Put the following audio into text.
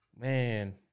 Man